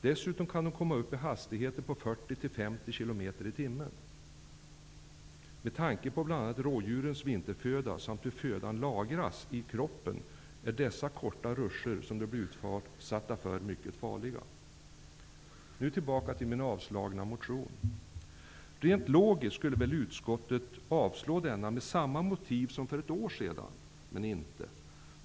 Dessutom kan de komma upp i hastigheter på 40--50 kilometer i timmen. Med tanke på bl.a. rådjurens vinterföda samt hur födan lagras i kroppen är de korta ruscher som djuren blir utsatta för mycket farliga. Nu tillbaka till min avstyrkta motion. Rent logiskt skulle väl utskottet ha avstyrkt denna med samma motiv som för ett år sedan, men inte.